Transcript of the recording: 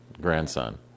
grandson